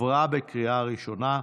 עברה בקריאה ראשונה,